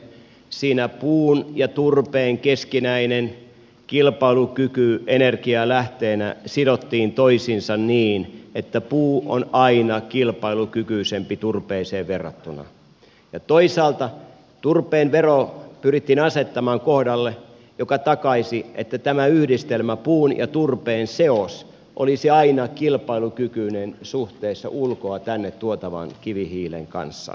siinä puun ja turpeen keskinäinen kilpailukyky energianlähteenä sidottiin toisiinsa niin että puu on aina kilpailukykyisempi turpeeseen verrattuna ja toisaalta turpeen vero pyrittiin asettamaan kohdalle joka takaisi että tämä yhdistelmä puun ja turpeen seos olisi aina kilpailukykyinen suhteessa ulkoa tänne tuotavan kivihiilen kanssa